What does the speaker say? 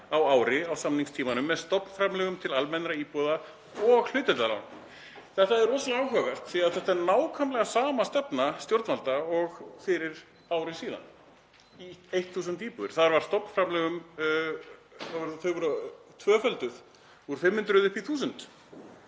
á ári á samningstímanum með stofnframlögum til almennra íbúða og hlutdeildarlánum. Þetta er rosalega áhugavert því að þetta er nákvæmlega sama stefna stjórnvalda og fyrir ári síðan, 1.000 íbúðir. Þar voru stofnframlög tvöfölduð, úr 500 upp í 1.000.